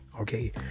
Okay